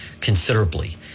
considerably